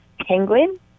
Penguin